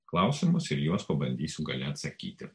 klausimus ir juos pabandysiu gale atsakyti